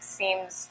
seems